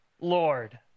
Lord